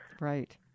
Right